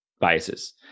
biases